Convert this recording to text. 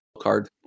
Card